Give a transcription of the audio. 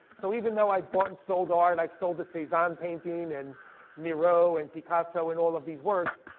so even though i bought and sold art, i've sold a cezanne painting, and miro, and picasso, and all of these works.